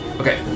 Okay